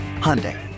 Hyundai